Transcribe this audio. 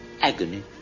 agony